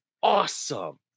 awesome